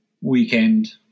weekend